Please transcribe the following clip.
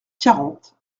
quarante